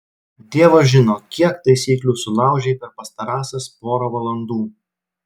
dievas žino kiek taisyklių sulaužei per pastarąsias porą valandų